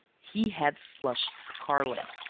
he had flushed scarlet.